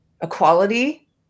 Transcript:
equality